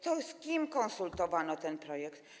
To z kim konsultowano ten projekt?